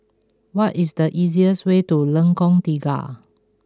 what is the easiest way to Lengkong Tiga